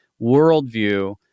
worldview